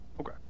okay